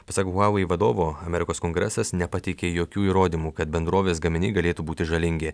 pasak huavei vadovo amerikos kongresas nepateikė jokių įrodymų kad bendrovės gaminiai galėtų būti žalingi